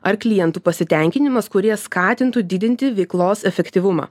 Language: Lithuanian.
ar klientų pasitenkinimas kurie skatintų didinti veiklos efektyvumą